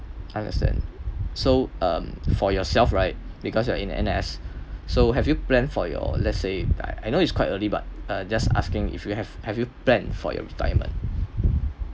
understand so um for yourself right because you are in N_S so have you plan for your let's say I I know it's quite early but uh just asking if you have have you plan for your retirement